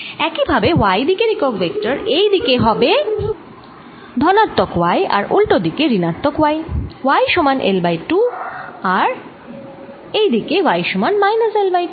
একই ভাবে y দিকের একক ভেক্টর এই দিকে হবে ধনাত্মক y আর উল্টো দিকে ঋণাত্মক y y সমান L বাই 2 আর আর এইদিকে y সমান মাইনাস L বাই 2